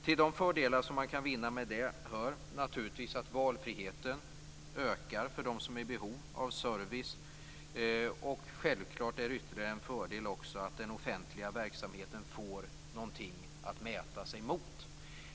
Till de fördelar som man kan vinna med detta hör naturligtvis att valfriheten ökar för dem som är i behov av service. Självfallet är det en ytterligare fördel att den offentliga verksamheten får någonting att mäta sig mot.